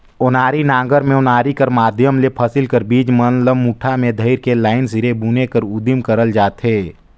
ओनारी नांगर मे ओनारी कर माध्यम ले फसिल कर बीज मन ल मुठा मे धइर के लाईन सिरे बुने कर उदिम करल जाथे